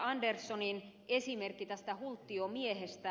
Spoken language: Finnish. anderssonin esimerkki tästä hulttiomiehestä